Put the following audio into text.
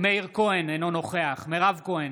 מאיר כהן, אינו נוכח מירב כהן,